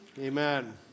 amen